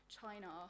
China